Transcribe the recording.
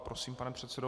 Prosím, pane předsedo.